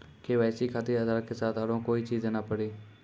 KYC खातिर आधार के साथ औरों कोई चीज देना पड़ी?